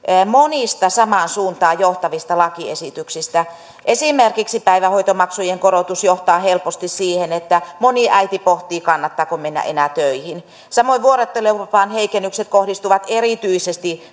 monista samaan suuntaan johtavista lakiesityksistä esimerkiksi päivähoitomaksujen korotus johtaa helposti siihen että moni äiti pohtii kannattaako mennä enää töihin samoin vuorotteluvapaan heikennykset kohdistuvat erityisesti